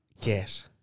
get